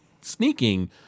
sneaking